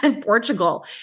Portugal